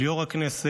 של יו"ר הכנסת,